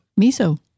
Miso